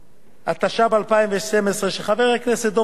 התשע"ב 2012 של חבר הכנסת דב חנין,